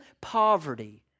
poverty